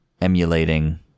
emulating